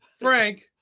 Frank